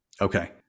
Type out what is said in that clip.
Okay